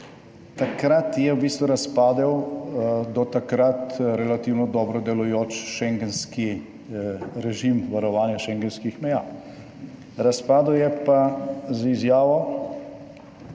Takrat je v bistvu razpadel do takrat relativno dobro delujoč schengenski režim varovanja schengenskih meja, razpadel je pa z izjavo